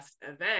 event